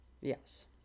Yes